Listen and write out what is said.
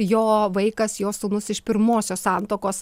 jo vaikas jo sūnus iš pirmosios santuokos